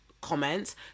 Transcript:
comments